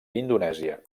indonèsia